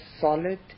solid